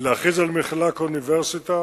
להכריז על המכללה כאוניברסיטה.